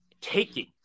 taking